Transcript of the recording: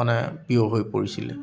মানে প্ৰিয় হৈ পৰিছিলে